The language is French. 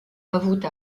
avoue